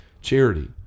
charity